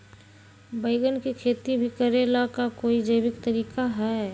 बैंगन के खेती भी करे ला का कोई जैविक तरीका है?